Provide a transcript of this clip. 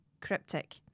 Cryptic